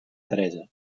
teresa